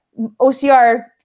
OCR